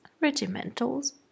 regimentals